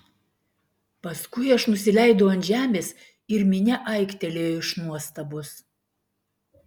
paskui aš nusileidau ant žemės ir minia aiktelėjo iš nuostabos